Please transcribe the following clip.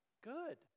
Good